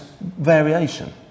variation